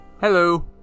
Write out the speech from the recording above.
hello